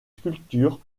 sculptures